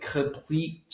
complete